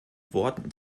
worten